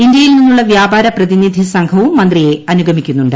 ഇന്ത്യയിൽ നിന്നുള്ള വ്യാപാര പ്രതിനിധി സംഘവും മന്ത്രിയെ അനുഗമിക്കുന്നുണ്ട്